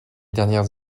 dernières